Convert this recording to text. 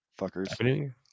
fuckers